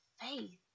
faith